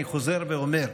אני חוזר ואומר: